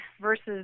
versus